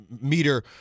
Meter